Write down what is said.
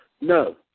No